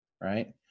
right